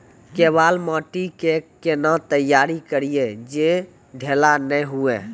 केवाल माटी के कैना तैयारी करिए जे ढेला नैय हुए?